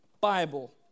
Bible